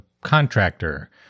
contractor